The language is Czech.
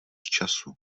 času